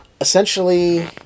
essentially